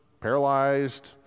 paralyzed